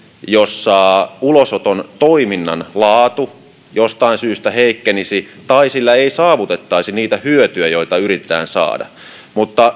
jossa ulosoton toiminnan laatu jostain syystä heikkenisi tai jolla ei saavutettaisi niitä hyötyjä joita yritetään saada mutta